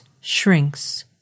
shrinks